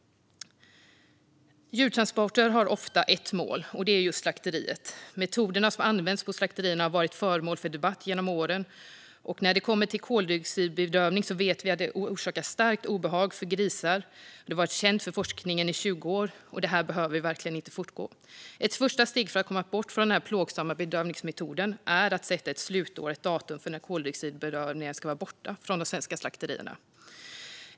Djurtransporterna har ofta ett mål, och det är just slakteriet. Metoderna som används på slakterierna har varit föremål för debatt genom åren. När det kommer till koldioxidbedövning vet vi att det orsakar starkt obehag för grisar. Det har varit känt för forskningen i 20 år, och det behöver verkligen inte fortgå. Ett första steg för att komma bort från den här plågsamma bedövningsmetoden är att sätta ett slutår och ett datum för när koldioxidbedövningen ska vara borta från de svenska slakterierna.